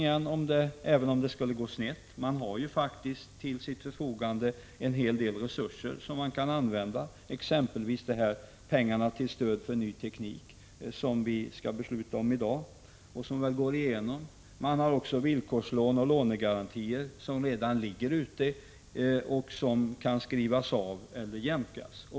Regeringen har faktiskt till sitt förfogande en hel del resurser som man kan använda, exempelvis de föreslagna pengarna till stöd för ny teknik som vi skall besluta om i dag — ett förslag som väl vinner bifall. Villkorslån och lånegarantier ligger redan ute och kan skrivas av eller jämkas.